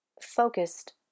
focused